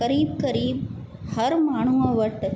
करीब करीब हर माण्हूअ वटि